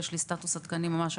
יש לי סטטוס עדכני ממש,